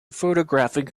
photographic